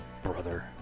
Brother